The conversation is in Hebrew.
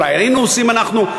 אולי היינו עושים אנחנו,